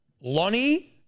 Lonnie